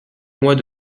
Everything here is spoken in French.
mois